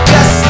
Yes